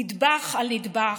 נדבך על נדבך,